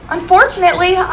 Unfortunately